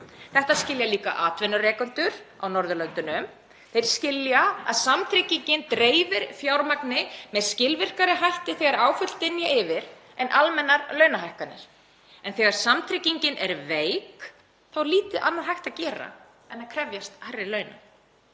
Þetta skilja líka atvinnurekendur á Norðurlöndunum. Þeir skilja að samtryggingin dreifir fjármagni með skilvirkari hætti þegar áföll dynja yfir en almennar launahækkanir. En þegar samtryggingin er veik þá er lítið annað hægt að gera en að krefjast hærri launa.